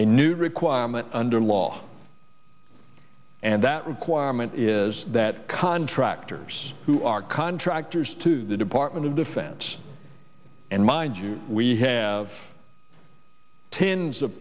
a new requirement under law and that requirement is that contractors who are contractors to the department of defense and mind you we have tens of